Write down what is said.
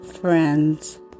friends